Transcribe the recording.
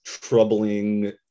troubling